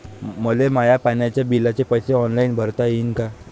मले माया पाण्याच्या बिलाचे पैसे ऑनलाईन भरता येईन का?